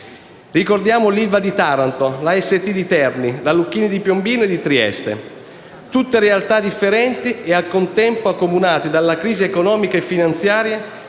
Ricordiamo l'ILVA di Taranto, la AST di Terni, la Lucchini di Piombino e di Trieste, tutte realtà differenti e, al contempo, accomunate dalla crisi economica e finanziaria